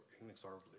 inexorably